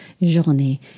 journée